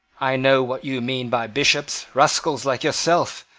i know what you mean by bishops, rascals like yourself,